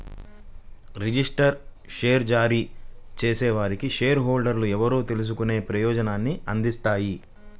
registered share జారీ చేసేవారికి share హోల్డర్లు ఎవరో తెలుసుకునే ప్రయోజనాన్ని అందిస్తాయి